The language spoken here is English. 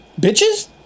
Bitches